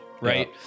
right